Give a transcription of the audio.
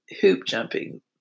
hoop-jumping